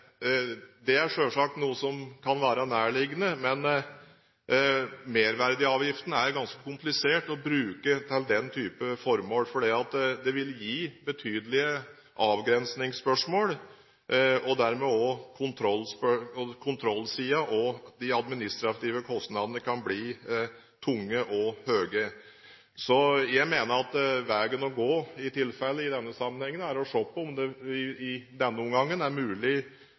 er selvsagt noe som kan være nærliggende, men det er ganske komplisert å bruke merverdiavgiften til den type formål, for det vil gi betydelige avgrensningsspørsmål, og dermed kan også kontrollsiden og de administrative kostnadene bli tunge og høye. Så jeg mener at veien å gå, i tilfelle, er å se på om det i denne omgangen er mulig